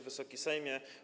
Wysoki Sejmie!